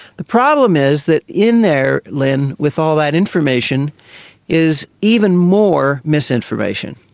the problem is that in there, lynne, with all that information is even more misinformation.